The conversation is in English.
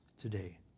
today